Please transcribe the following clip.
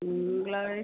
തിങ്കളാഴ്ച